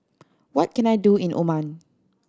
what can I do in Oman